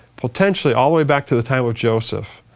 potentially all way back to the time of joseph